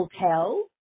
hotel